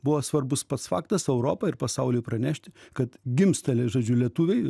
buvo svarbus pats faktas europai ir pasauliui pranešti kad gimsta žodžiu lietuviai